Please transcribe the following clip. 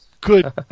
good